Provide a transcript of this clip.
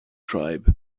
tribe